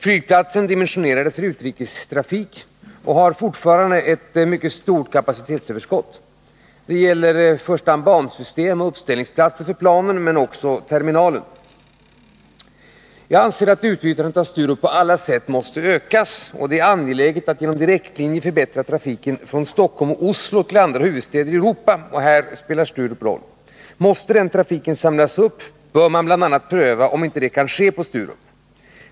Flygplatsen, som dimensionerades för utrikestrafik, har fortfarande ett betydande kapacitetsöverskott. Det gäller i första hand bansystem och uppställningsplatser men också terminalen. Enligt min mening måste man på alla sätt försöka öka utnyttjandet av Sturup. Det är också angeläget att genom direktlinjer förbättra trafiken från Stockholm och Oslo till andra huvudstäder i Europa. Måste denna trafik samlas upp bör det prövas om inte detta kan ske på t.ex. Sturup.